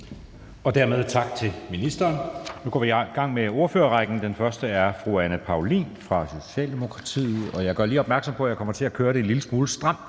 Dermed tak til ministeren. Nu går vi i gang med ordførerrækken. Den første er fru Anne Paulin fra Socialdemokratiet. Jeg gør lige opmærksom på, at jeg kommer til at køre det en lille smule stramt,